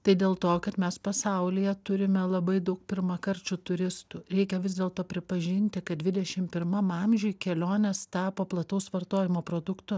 tai dėl to kad mes pasaulyje turime labai daug pirmakarčių turistų reikia vis dėlto pripažinti kad dvidešim pirmam amžiui kelionės tapo plataus vartojimo produktu